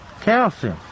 calcium